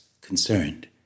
concerned